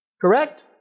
Correct